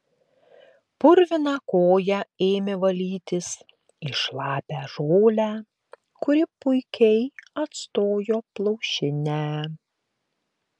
purviną koją ėmė valytis į šlapią žolę kuri puikiai atstojo plaušinę